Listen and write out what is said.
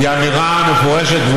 והיא אמירה מפורשת,